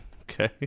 okay